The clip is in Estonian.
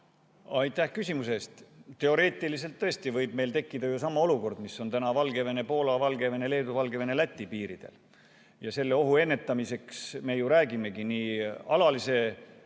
Aitäh küsimuse eest! Teoreetiliselt tõesti võib meil tekkida sama olukord, mis on täna Valgevene-Poola, Valgevene-Leedu, Valgevene-Läti piiridel. Selle ohu ennetamiseks me ju räägimegi nii alalise